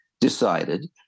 decided